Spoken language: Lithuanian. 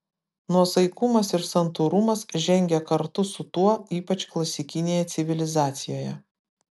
nuosaikumas ir santūrumas žengė kartu su tuo ypač klasikinėje civilizacijoje